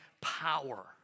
power